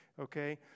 okay